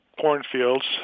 cornfields